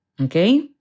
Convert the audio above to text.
okay